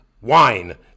wine